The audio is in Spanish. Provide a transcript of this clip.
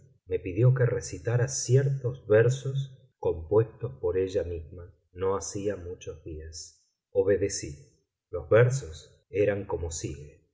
me pidió que recitara ciertos versos compuestos por ella misma no hacía muchos días obedecí los versos eran como sigue